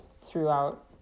throughout